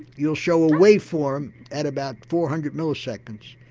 you'll show a wave form at about four hundred milliseconds.